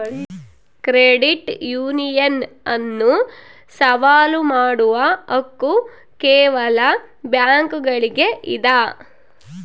credit union ಅನ್ನು ಸವಾಲು ಮಾಡುವ ಹಕ್ಕು ಕೇವಲ ಬ್ಯಾಂಕುಗುಳ್ಗೆ ಇದ